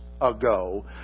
ago